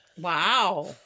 Wow